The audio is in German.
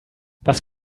was